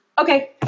okay